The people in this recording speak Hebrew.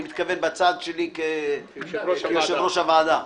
אני מתכוון בצד שלי כיושב-ראש הוועדה.